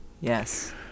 Yes